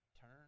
Turn